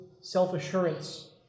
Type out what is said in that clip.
self-assurance